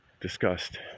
discussed